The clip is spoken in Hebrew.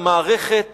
מערכת